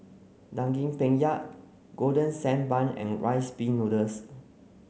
Daging Penyet Golden Sand Bun and Rice Pin Noodles